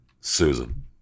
Susan